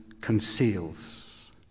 conceals